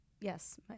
yes